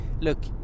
Look